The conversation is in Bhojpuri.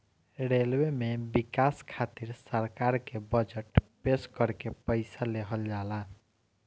रेलवे में बिकास खातिर सरकार के बजट पेश करके पईसा लेहल जाला